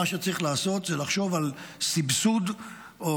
מה שצריך לעשות זה לחשוב על סבסוד או